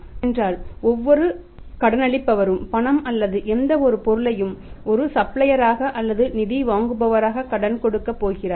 ஏனென்றால் ஒவ்வொரு கடனளிப்பவரும் பணம் அல்லது எந்தவொரு பொருளையும் ஒரு சப்ளையராக அல்லது நிதி வழங்குபவராக கடன் கொடுக்கப் போகிறார்